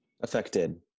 Affected